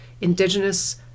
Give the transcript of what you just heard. indigenous